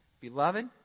beloved